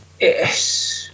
Yes